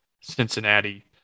Cincinnati